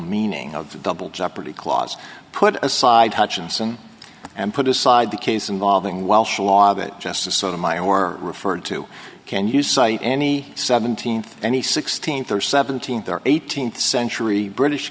meaning of the double jeopardy clause put aside hutchinson and put aside the case involving welsh law that just the sort of mine were referred to can you cite any seventeenth any sixteenth or seventeenth or eighteenth century british